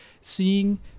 Seeing